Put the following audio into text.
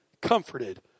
comforted